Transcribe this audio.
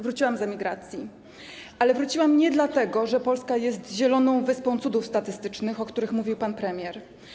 Wróciłam z emigracji, ale wróciłam nie dlatego, że Polska jest zieloną wyspą cudów statystycznych, o których mówił pan premier.